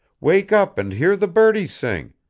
wake up and hear the birdies sing.